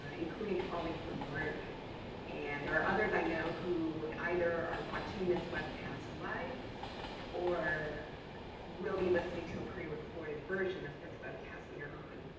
including colleagues from work and there are others i know who either are watching this webcast live or will be listening to a prerecorded version of this webcast later on.